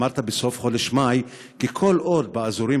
אמרת בסוף חודש מאי כי כל עוד באזורים